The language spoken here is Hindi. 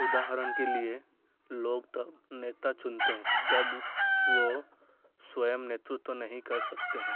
उदाहरण के लिए लोग तब नेता चुनते हैं जब वे स्वयं नेतृत्व नहीं कर सकते हैं